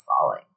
falling